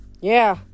Yeah